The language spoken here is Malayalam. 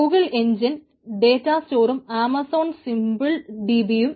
ഗൂഗിൾ എൻജിൻ ഡേറ്റാ സ്റ്റോറും ആമസോൺ സിമ്പിൾ DBയും